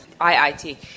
IIT